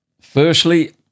Firstly